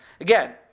again